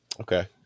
Okay